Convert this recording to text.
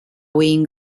wing